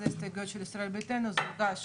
אלה ההסתייגויות של ישראל ביתנו, זה הוגש